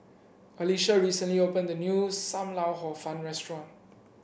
Alecia recently opened a new Sam Lau Hor Fun restaurant